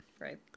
right